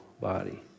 body